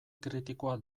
kritikoa